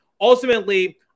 ultimately